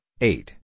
eight